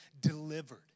delivered